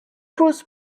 pose